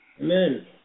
Amen